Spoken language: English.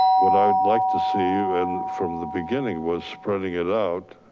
what i'd like to see, and from the beginning was spreading it out.